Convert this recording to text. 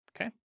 okay